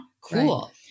Cool